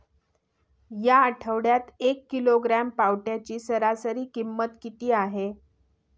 या आठवड्यात एक किलोग्रॅम पावट्याची सरासरी किंमत किती आहे?